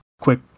quick